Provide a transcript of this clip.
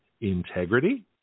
integrity